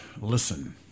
listen